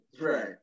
Right